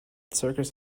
circus